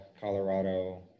Colorado